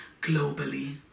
globally